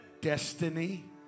Destiny